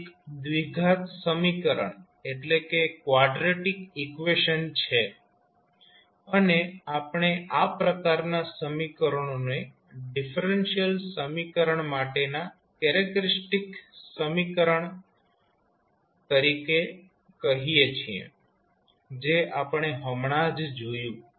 આ એક દ્વિઘાત સમીકરણ છે અને આપણે આ પ્રકારનાં સમીકરણોને ડિફરેન્શિયલ સમીકરણ માટેનાં કેરેક્ટરીસ્ટિક સમીકરણ તરીકે કહીએ છીએ જે આપણે હમણાં જ જોયું